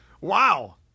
Wow